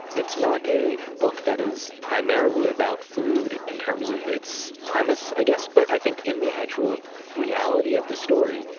it's not a book that is primarily about food, in terms of its premise, i guess. but i think in the actual reality of the story,